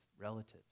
relatives